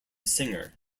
singer